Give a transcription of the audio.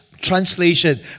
translation